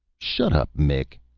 shuddup, mic.